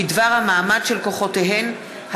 בדבר המעמד של כוחותיהן,